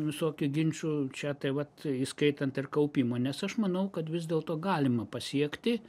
visokių ginčų čia tai vat įskaitant ir kaupimą nes aš manau kad vis dėlto galima pasiekti